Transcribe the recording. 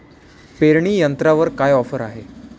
पेरणी यंत्रावर काय ऑफर आहे?